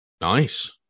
Nice